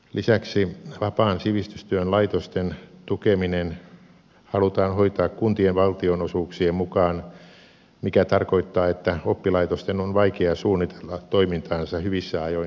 lisäksi vapaan sivistystyön laitosten tukeminen halutaan hoitaa kuntien valtionosuuksien mukaan mikä tarkoittaa että oppilaitosten on vaikea suunnitella toimintaansa hyvissä ajoin etukäteen